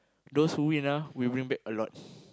those who win ah will bring back a lot